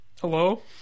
hello